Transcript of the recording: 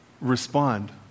respond